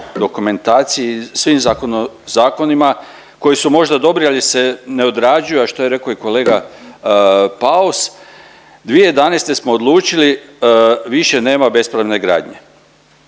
.../nerazumljivo/... zakonima koji su možda dobri, ali se ne odrađuju, a što je rekao i kolega Paus, 2011. smo odlučili, više nema bespravne gradnje.